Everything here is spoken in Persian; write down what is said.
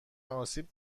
آسیب